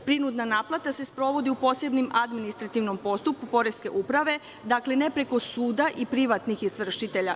Prinudna naplata se sprovodi u posebnom administrativnom postupku poreske uprave, dakle, ne preko suda i privatnih izvršitelja.